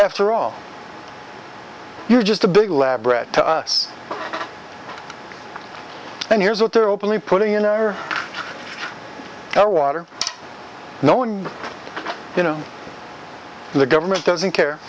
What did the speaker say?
after all you're just a big lab rat to us and here's what they are openly putting in our our water no one you know the government doesn't care